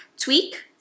tweak